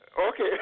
Okay